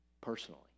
personally